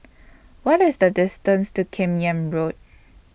What IS The distance to Kim Yam Road